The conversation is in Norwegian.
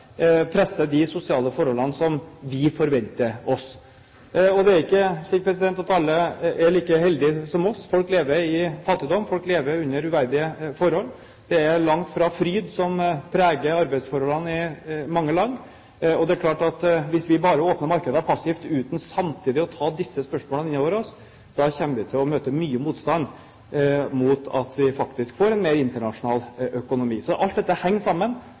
presse miljøstandarder eller presse de sosiale forholdene som vi forventer oss. Det er ikke slik at alle er like heldige som oss. Folk lever i fattigdom, folk lever under uverdige forhold. Det er langt fra fryd som preger arbeidsforholdene i mange land. Det er klart at hvis vi bare åpner markedene passivt uten samtidig å ta disse spørsmålene inn over oss, kommer vi til å møte mye motstand mot å få en mer internasjonal økonomi. Så alt dette henger sammen.